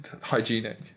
hygienic